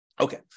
Okay